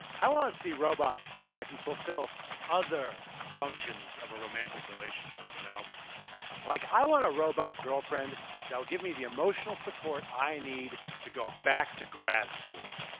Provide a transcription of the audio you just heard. i want to see robots that can fulfill other functions of a romantic relationship. you know like i want a robot girlfriend that will give me the emotional support i need to go back to grad school.